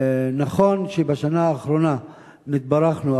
נכון שבשנה האחרונה התברכנו,